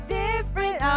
different